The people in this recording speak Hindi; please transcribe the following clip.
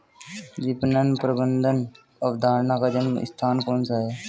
विपणन प्रबंध अवधारणा का जन्म स्थान कौन सा है?